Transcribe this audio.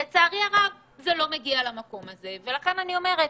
לצערי הרב זה לא מגיע למקום הזה ולכן אני אומרת